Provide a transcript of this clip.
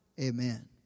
Amen